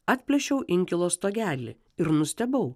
atplėšiau inkilo stogelį ir nustebau